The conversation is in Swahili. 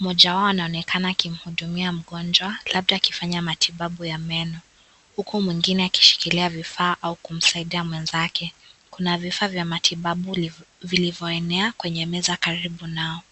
Mmoja wao anaonekana akihudumia mgonjwa labda akifanya matibabu ya meno huku mwingine akishikilia vifaa au kumsaidia mwenzake. Kuna vifaaa vya matibabu vilivyoenea kwenye meza karibu nao.